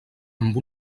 amb